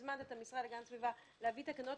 הזמנת את המשרד להגנת הסביבה להביא תקנות.